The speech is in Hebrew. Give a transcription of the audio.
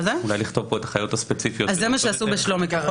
אני לא